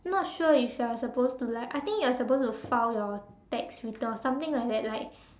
not sure if you are supposed to like I think you are supposed to file your tax return or something like that like